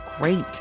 great